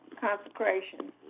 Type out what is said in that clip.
consecration